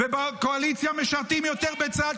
ובקואליציה משרתים יותר בצה"ל,